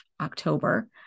October